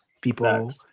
People